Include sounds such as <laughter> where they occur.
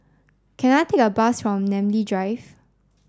can I take a bus <unintelligible> Namly Drive